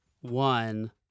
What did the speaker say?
One